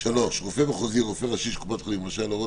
" 3 רופא מחוזי או רופא ראשי של קופת חולים רשאי להורות